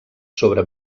sobre